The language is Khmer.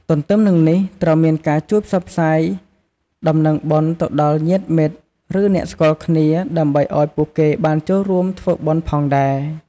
ទទ្ទឹមនឹងនេះត្រូវមានការជួយផ្សព្វផ្សាយដំណឹងបុណ្យទៅដល់ញាតិមិត្ត ឬអ្នកស្គាល់គ្នា ដើម្បីឱ្យពួកគេបានចូលរួមធ្វើបុណ្យផងដែរ។